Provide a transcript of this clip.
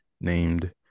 named